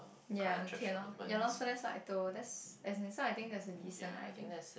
ya okay loh ya loh so that's what I told that's as in so I think that's a decent idea